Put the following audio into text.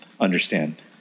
understand